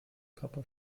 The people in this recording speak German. papa